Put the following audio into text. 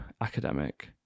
academic